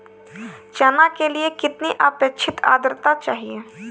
चना के लिए कितनी आपेक्षिक आद्रता चाहिए?